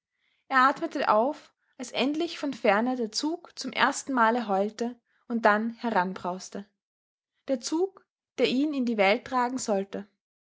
er atmete auf als endlich von ferne der zug zum ersten male heulte und dann heranbrauste der zug der ihn in die welt tragen sollte